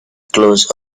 close